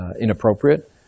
inappropriate